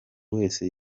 wese